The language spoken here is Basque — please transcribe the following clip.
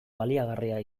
baliagarria